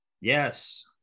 Yes